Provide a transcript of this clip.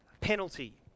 penalty